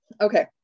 Okay